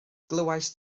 glywaist